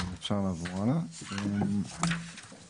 כאן בעצם